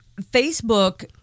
facebook